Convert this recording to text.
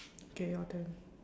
K your turn